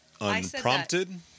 unprompted